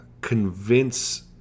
convince